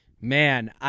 Man